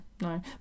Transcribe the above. No